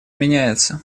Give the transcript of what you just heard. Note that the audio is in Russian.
меняется